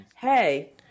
Hey